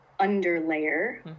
underlayer